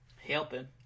helping